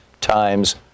times